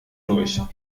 durch